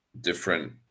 different